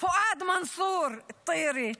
פואד מנסור מטירה,